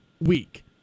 week